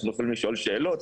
אנו יכולים לשאול שאלות,